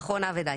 אחרונה ודי.